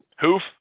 Hoof